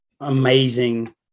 amazing